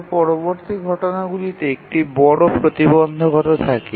তবে পরবর্তী ঘটনাগুলিতে একটি বড় প্রতিবন্ধকতা থাকে